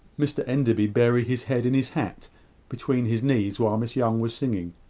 mr enderby bury his head in his hat between his knees while miss young was singing.